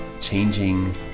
changing